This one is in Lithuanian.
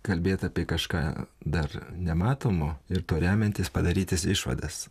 kalbėt apie kažką dar nematomo ir tuo remiantis padarytis išvadas